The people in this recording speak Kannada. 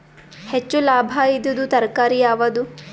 ಹೆಚ್ಚು ಲಾಭಾಯಿದುದು ತರಕಾರಿ ಯಾವಾದು?